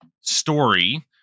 story